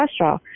cholesterol